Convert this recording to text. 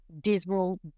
dismal